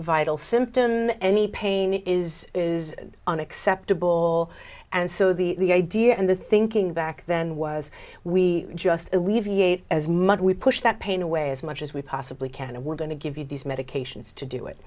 vital symptom that any pain is is unacceptable and so the idea and the thinking back then was we just alleviate as much we push that pain away as much as we possibly can and we're going to give you these medications to do it